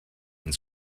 and